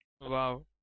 Wow